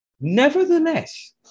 Nevertheless